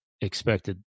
expected